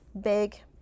big